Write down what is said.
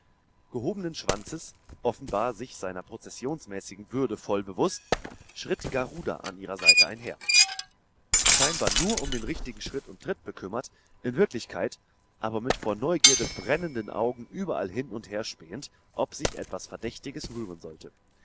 gehobenen schwanzes offenbar sich seiner prozessionsmäßigen würde voll bewußt schritt garuda an ihrer seite einher scheinbar nur um den richtigen schritt und tritt bekümmert in wirklichkeit aber mit vor neugierde brennenden augen überall hin und herspähend ob sich etwas verdächtiges rühren sollte